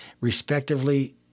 respectively